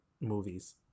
movies